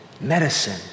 medicine